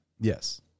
Yes